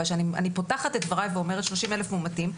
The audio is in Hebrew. אבל כשאני פותחת את דבריי ואומרת 30,000 מאומתים,